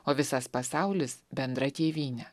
o visas pasaulis bendra tėvynė